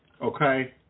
okay